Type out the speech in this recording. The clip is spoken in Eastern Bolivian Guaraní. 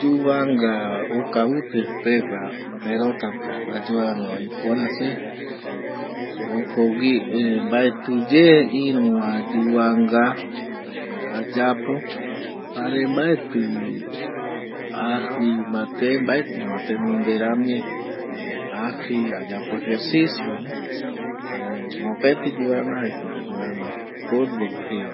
Yuvanga okau vite pegua perota pe ayuvanga va iporaa se jokogüi mbaeti ye iru va yuvanga va ayapo jare mbaeti jare mbaeti vi ajï mbate mbaeti ma tenonde rami ˂hesitation˃ ajï, ayapo erei ko mopeti yuvanga jaeko ayuvanga fütbo pe.